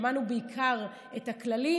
שמענו בעיקר את הכללי.